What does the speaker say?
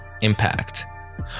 Impact